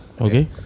Okay